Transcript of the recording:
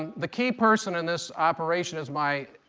the key person in this operation is my